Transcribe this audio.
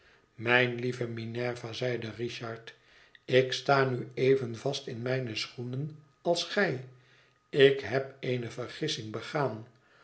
mijn lieve minerva zeide richard ik sta nu even vast in mijne schoenen als gij ik heb eene vergissing begaan